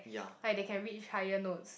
like they can reach higher notes